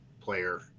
player